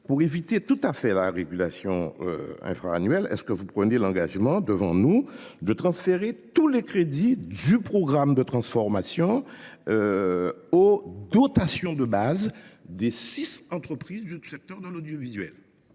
pour empêcher totalement la régulation infra annuelle, prenez vous l’engagement devant nous de transférer tous les crédits du programme de transformation aux dotations de base des six entreprises du secteur de l’audiovisuel ?